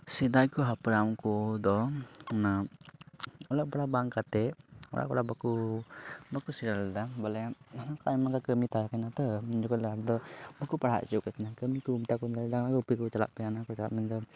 ᱥᱮᱫᱟᱭ ᱠᱚ ᱦᱟᱯᱲᱟᱢ ᱠᱚᱫᱚ ᱚᱱᱟ ᱚᱞᱚᱜ ᱯᱟᱲᱦᱟᱜ ᱵᱟᱝ ᱠᱟᱛᱮᱫ ᱚᱞᱚᱜ ᱯᱟᱲᱦᱟᱜ ᱵᱟᱠᱚ ᱥᱮᱬᱟ ᱞᱮᱫᱟ ᱵᱚᱞᱮ ᱟᱭᱢᱟ ᱞᱮᱠᱟ ᱠᱟᱹᱢᱤ ᱛᱟᱦᱮᱸ ᱠᱟᱱᱟ ᱛᱚ ᱩᱱ ᱡᱚᱠᱷᱚᱱ ᱞᱟᱦᱟ ᱨᱮᱠᱚ ᱵᱟᱠᱚ ᱯᱟᱲᱦᱟᱣ ᱦᱚᱪᱚᱭᱮᱫ ᱠᱚ ᱛᱟᱦᱮᱱᱟ ᱠᱟᱹᱢᱤ ᱠᱚ ᱢᱮᱛᱟ ᱠᱚ ᱛᱟᱦᱮᱱᱟ ᱜᱩᱯᱤ ᱠᱚ ᱪᱟᱞᱟᱜ ᱯᱮ ᱦᱟᱱᱟ ᱠᱚ ᱪᱟᱞᱟᱜ ᱢᱮ ᱫᱩ